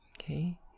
Okay